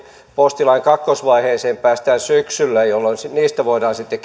postilain kakkosvaiheeseen päästään syksyllä jolloin voidaan sitten